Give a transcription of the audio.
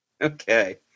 Okay